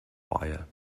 wire